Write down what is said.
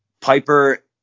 Piper